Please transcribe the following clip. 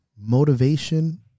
motivation